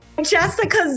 Jessica